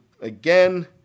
again